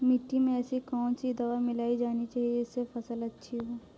मिट्टी में ऐसी कौन सी दवा मिलाई जानी चाहिए जिससे फसल अच्छी हो?